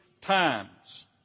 Times